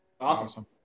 Awesome